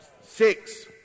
Six